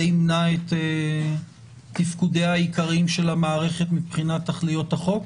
זה ימנע את תפקודיה העיקריים של המערכת מבחינת תכליות החוק?